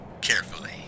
carefully